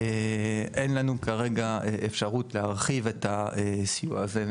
אין לנו כרגע אפשרות להרחיב את הסיוע הזה.